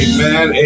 Amen